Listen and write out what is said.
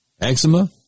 eczema